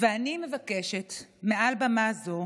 ואני מבקשת מעל בימה זו